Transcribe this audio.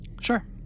Sure